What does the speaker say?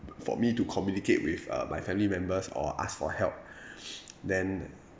for me to communicate with uh my family members or ask for help then